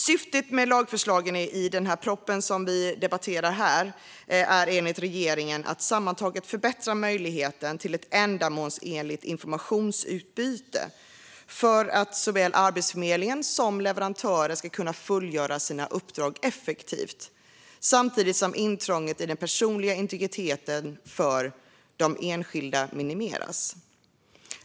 Syftet med lagförslagen i den proposition som vi debatterar här är enligt regeringen att sammantaget förbättra möjligheten till ett ändamålsenligt informationsutbyte, för att såväl Arbetsförmedlingen som leverantörer ska kunna fullgöra sina uppdrag effektivt samtidigt som intrånget i den personliga integriteten för enskilda minimeras.